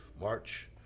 March